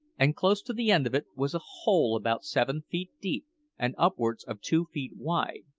and close to the end of it was a hole about seven feet deep and upwards of two feet wide.